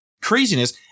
craziness